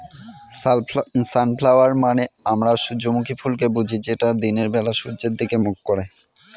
sunflower মানে আমরা সূর্যমুখী ফুলকে বুঝি যেটা দিনের বেলা সূর্যের দিকে মুখ করে